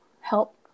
help